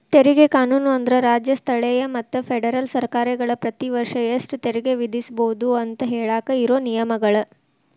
ತೆರಿಗೆ ಕಾನೂನು ಅಂದ್ರ ರಾಜ್ಯ ಸ್ಥಳೇಯ ಮತ್ತ ಫೆಡರಲ್ ಸರ್ಕಾರಗಳ ಪ್ರತಿ ವರ್ಷ ಎಷ್ಟ ತೆರಿಗೆ ವಿಧಿಸಬೋದು ಅಂತ ಹೇಳಾಕ ಇರೋ ನಿಯಮಗಳ